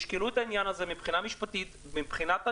תשקלו את העניין הזה מבחינה משפטית ומבחינת הניסוח,